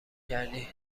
کردی